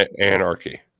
Anarchy